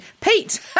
Pete